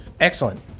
Excellent